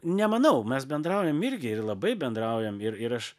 nemanau mes bendraujam irgi ir labai bendraujam ir ir aš